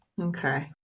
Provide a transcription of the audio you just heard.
Okay